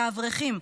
לאברכים,